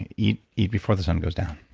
and eat eat before the sun goes down